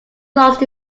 lost